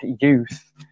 youth